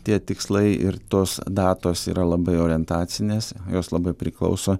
tie tikslai ir tos datos yra labai orientacinės jos labai priklauso